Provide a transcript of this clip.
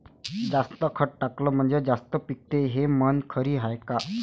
जास्त खत टाकलं म्हनजे जास्त पिकते हे म्हन खरी हाये का?